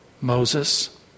Moses